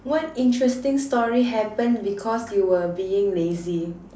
what interesting story happened because you were being lazy